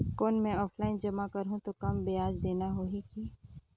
कौन मैं ऑफलाइन जमा करहूं तो कम ब्याज देना होही की?